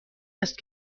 است